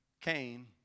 Cain